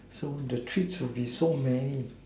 so the treats will be so many